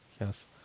Yes